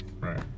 right